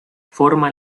forma